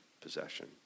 possession